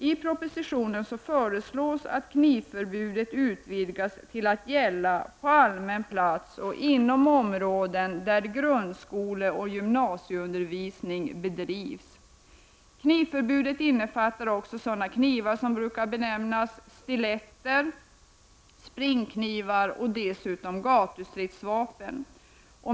I propositionen föreslås att knivförbudet utvidgas till att gälla på allmän plats och inom områden där grundskoleoch gymnasieundervisning bedrivs. Knivförbudet innefattar också sådana knivar som brukar benämnas stiletter och springknivar och dessutom gatustridsvapen.